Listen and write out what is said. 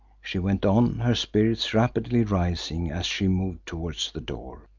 she went on, her spirits rapidly rising as she moved towards the door.